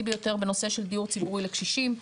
ביותר בנושא של דיור ציבורי לקשישים,